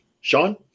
Sean